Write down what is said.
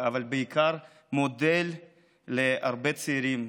אבל בעיקר מודל להרבה צעירים,